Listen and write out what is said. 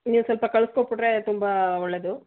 ನೀವು ಸ್ವಲ್ಪ ಕಳಿಸ್ಕೊಟ್ಬಿಟ್ರೆ ತುಂಬ ಒಳ್ಳೇದು